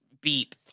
beep